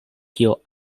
kio